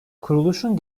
kuruluşun